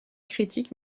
critique